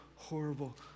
Horrible